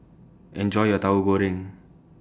Enjoy your Tahu Goreng